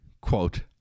quote